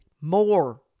more